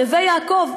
נווה-יעקב,